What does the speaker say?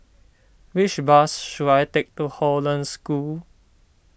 which bus should I take to Hollandse School